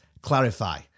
Clarify